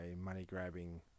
money-grabbing